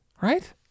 Right